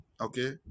Okay